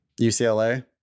ucla